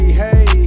hey